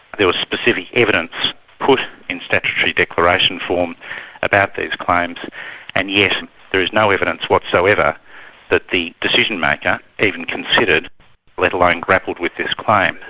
there was specific evidence put in statutory declaration form about these claims and yet there is no evidence whatsoever that the decision maker, even considered let alone grappled with this claim.